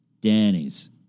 Danny's